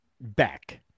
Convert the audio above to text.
back